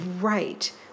Right